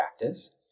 practice